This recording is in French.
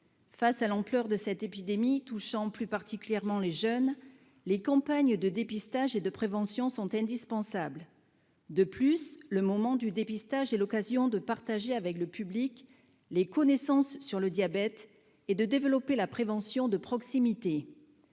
face à l'ampleur de cette épidémie touchant plus particulièrement les jeunes, les campagnes de dépistage et de prévention sont indispensables, de plus, le moment du dépistage et l'occasion de partager avec le public, les connaissances sur le diabète et de développer la prévention de proximité